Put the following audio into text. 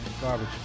Garbage